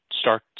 start